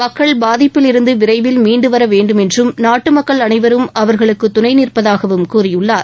மக்கள் பாதிப்பில் இருந்து விரைவில் மீண்டுவர வேண்டும் என்றும் நாட்டு மக்கள் அனைவரும் அவர்களுக்கு துணைநிற்பதாகவும் கூறியுள்ளார்